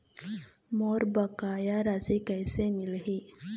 मोर बकाया राशि कैसे मिलही?